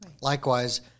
Likewise